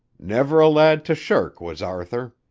never a lad to shirk was arthur.